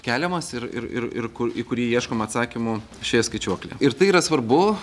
keliamas ir ir ir ir ku į kurį ieškom atsakymų šioje skaičiuoklėje ir tai yra svarbu